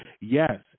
Yes